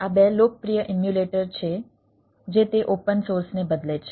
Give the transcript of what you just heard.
આ બે લોકપ્રિય ઇમ્યુલેટર છે જે તે ઓપન સોર્સને બદલે છે